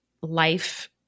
life